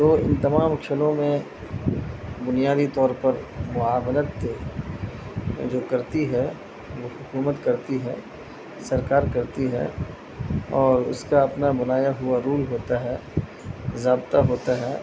تو ان تمام کھیلوں میں بنیادی طور پر معاونت کے جو کرتی ہے وہ حکومت کرتی ہے سرکار کرتی ہے اور اس کا اپنا بنایا ہوا رول ہوتا ہے ضابطہ ہوتا ہے